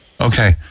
Okay